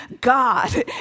God